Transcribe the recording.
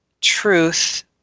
truth